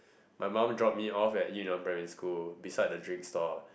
my mum drop me off at Yu-nan primary school beside the drink stall